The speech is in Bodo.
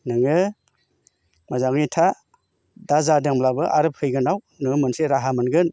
नोङो मोजाङै था दा जादोंब्लाबो आरो फैगोनाव नोङो मोनसे राहा मोनगोन